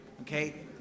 Okay